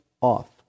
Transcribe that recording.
off